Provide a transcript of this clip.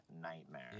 nightmare